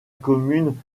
commune